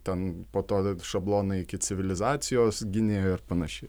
ten po to dar šablonai iki civilizacijos gynėjo ir panašiai